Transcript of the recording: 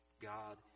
God